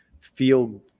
feel